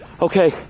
Okay